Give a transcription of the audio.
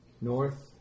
north